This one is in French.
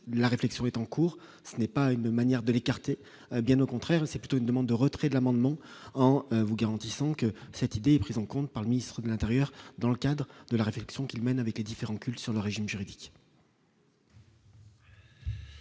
la réflexion est en cours, ce n'est pas une manière de l'écarter, bien au contraire, c'est plutôt une demande de retrait de l'amendement en vous garantissant que cette idée est prise en compte par le ministre de l'Intérieur, dans le cadre de la réflexion qu'il mène avec les différents cultes sur le régime juridique.